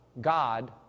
God